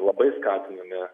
labai skatiname